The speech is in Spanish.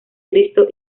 cristo